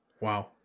Wow